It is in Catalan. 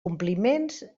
compliments